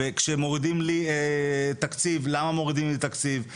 כשמורידים לי תקציב למה מורידים לי תקציב,